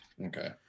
Okay